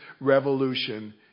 revolution